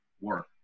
work